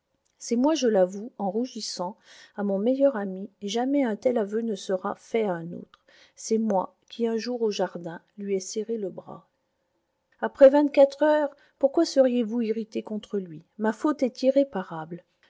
c'est moi je l'avoue en rougissant à mon meilleur ami et jamais un tel aveu ne sera fait à un autre c'est moi qui un jour au jardin lui ai serré le bras après vingt-quatre heures pourquoi seriez-vous irrité contre lui ma faute est irréparable